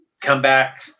comeback